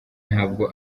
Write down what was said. ntabwo